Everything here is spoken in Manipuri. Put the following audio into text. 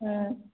ꯎꯝ